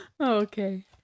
Okay